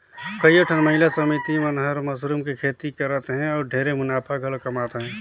कयोठन महिला समिति मन हर मसरूम के खेती करत हें अउ ढेरे मुनाफा घलो कमात अहे